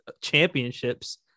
championships